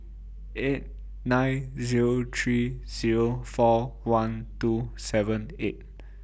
eight nine Zero three Zero four one two seven eight